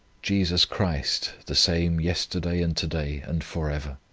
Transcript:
jesus christ the same yesterday, and to-day, and for ever.